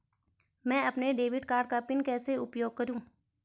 मैं अपने debit card का पिन कैसे उपयोग करूँ?